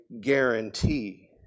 guarantee